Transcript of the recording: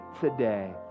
today